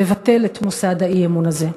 לבטל את מוסד האי-אמון הזה.